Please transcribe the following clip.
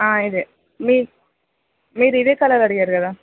ఇదే మీ మీరు ఇదే కలర్ అడిగారు కదా